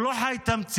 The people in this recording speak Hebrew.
הוא לא חי את המציאות.